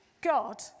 God